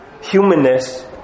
Humanness